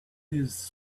his